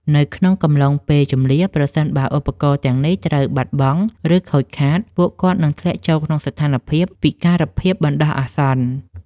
នៅក្នុងកំឡុងពេលជម្លៀស ប្រសិនបើឧបករណ៍ទាំងនេះត្រូវបាត់បង់ ឬខូចខាត ពួកគាត់នឹងធ្លាក់ចូលក្នុងស្ថានភាព ពិការភាពបណ្ដោះអាសន្ន។